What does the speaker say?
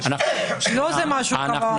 זה מה שהוא קבע.